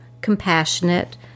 compassionate